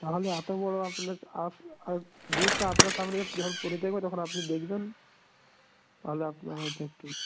তাহলে এত বড়ো আপনার আস আস ড্রেসটা আপনার সামনে যখন পরে দেখবো তখন আপনি দেখবেন তাহলে আপনার হয়তো একটু